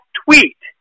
tweet